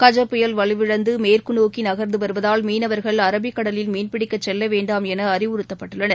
கஜ புயல் வலுவிழந்துமேற்குநோக்கிநகர்ந்துவருவதால் மீனவர்கள் அரபிக் கடலில் மீன் பிடிக்கசெல்லவேண்டாம் எனஅறிவுறுத்தப்பட்டுள்ளனர்